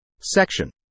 Section